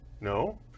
No